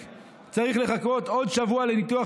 גם אם ילד במגדל העמק צריך לחכות עוד שבוע לניתוח